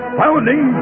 founding